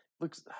looks